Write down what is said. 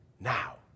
now